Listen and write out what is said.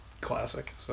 classic